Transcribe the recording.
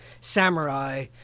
samurai